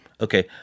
Okay